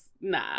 nah